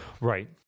Right